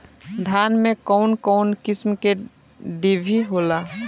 धान में कउन कउन किस्म के डिभी होला?